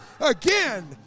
again